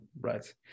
Right